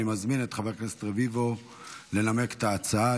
אני מזמין את חבר הכנסת רביבו לנמק את ההצעה.